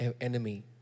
enemy